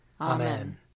Amen